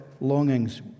longings